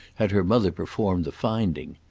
had her mother performed the finding.